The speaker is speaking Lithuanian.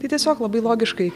tai tiesiog labai logiškai